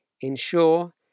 ensure